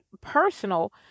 personal